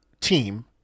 team